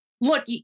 Look